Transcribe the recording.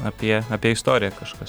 apie apie istoriją kažkas